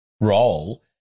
role